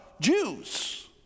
Jews